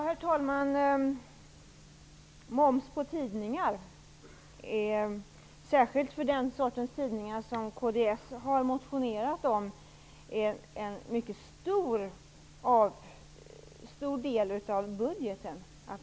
Herr talman! Tidningsmomsen svarar särskilt i den sorts tidningar som kds har motionerat om för en mycket stor del av budgeten.